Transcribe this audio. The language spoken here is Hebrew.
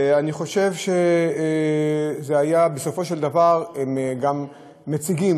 ואני חושב שבסופו של דבר הם גם מציגים